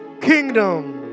kingdom